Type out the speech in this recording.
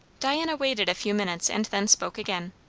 diana waited a few minutes and then spoke again.